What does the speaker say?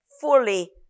fully